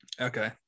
Okay